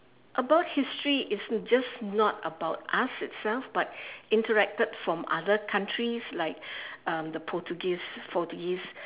about history it's just not about us itself but interacted from other counties like um the portuguese portuguese